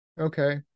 Okay